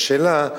השאלה,